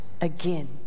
again